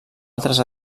altres